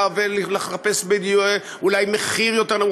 לחפש אולי מחיר יותר נמוך,